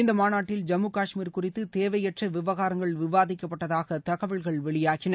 இந்த மாநாட்டில் ஜம்மு கஷ்மீர் குறித்து தேவையற்ற விவகாரங்கள் விவாதிக்கப்பட்டதாக தகவல்கள் வெளியாகின